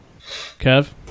Kev